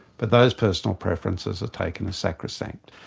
but those personal preferences are taken as sacrosanct.